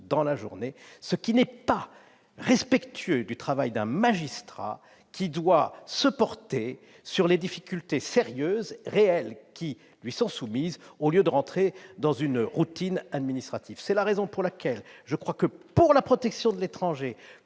dans la journée. Cela ne serait pas respectueux du travail d'un magistrat, qui doit se porter sur les difficultés sérieuses et réelles qui lui sont soumises et non entrer dans une routine administrative. C'est la raison pour laquelle je crois que, pour la protection de l'étranger